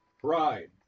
pride